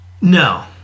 no